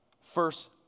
first